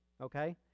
okay